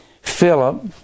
Philip